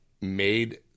made